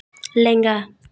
ᱞᱮᱸᱜᱟ